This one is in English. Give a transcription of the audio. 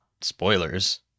spoilers